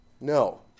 No